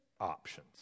options